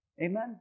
Amen